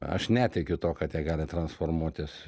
aš netikiu tuo kad jie gali transformuotis